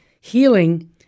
healing